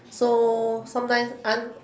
so sometimes un~